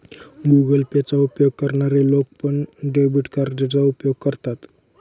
Google Pay चा उपयोग करणारे लोक पण, डेबिट कार्डचा उपयोग करतात